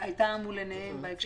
הייתה מול עיניהם בהקשר הזה.